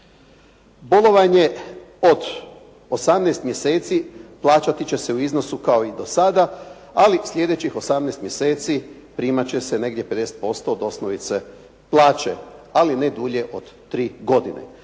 Bolovanje od 18 mjeseci plaćati će se u iznosu kao i do sada, ali sljedećih 18 mjeseci primat će se negdje 50% od osnovice plaće, ali ne dulje od tri godine.